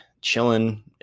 chilling